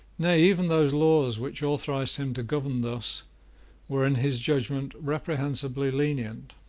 nay, even those laws which authorised him to govern thus were in his judgment reprehensibly lenient.